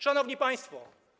Szanowni Państwo!